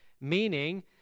meaning